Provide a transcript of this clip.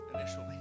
initially